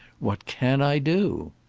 what can i do?